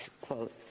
quote